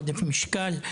עודף משקל,